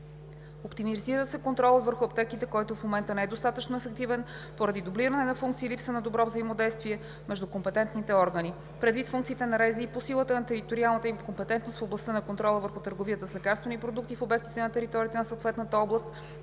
Оптимизира се контролът върху аптеките, който в момента не е достатъчно ефективен, поради дублиране на функции и липса на добро взаимодействие между компетентните органи. Предвид функциите на РЗИ по силата на териториалната им компетентност в областта на контрола върху търговията с лекарствени продукти в обектите на територията на съответната област